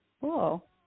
Cool